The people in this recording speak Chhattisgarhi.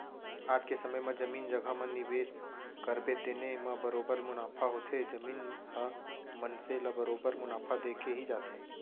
आज के समे म जमीन जघा म निवेस करबे तेने म बरोबर मुनाफा होथे, जमीन ह मनसे ल बरोबर मुनाफा देके ही जाथे